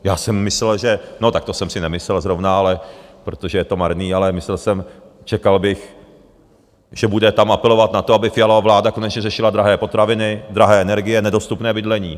Já jsem myslel, že no tak to jsem si nemyslel zrovna, ale protože je to marné, ale myslel jsem, čekal bych, že tam bude apelovat na to, aby Fialova vláda konečně řešila drahé potraviny, drahé energie, nedostupné bydlení.